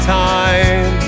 time